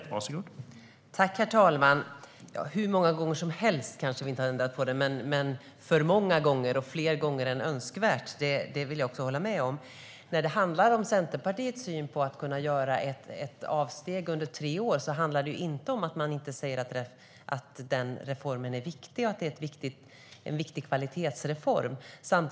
Herr talman! "Hur många gånger som helst" kanske vi inte har ändrat på den, men det har skett för många gånger, fler gånger än önskvärt. Det håller jag med om. Centerpartiets syn på att kunna göra ett avsteg under tre år handlar inte om att vi inte skulle instämma i att detta är en viktig kvalitetsreform.